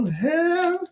hell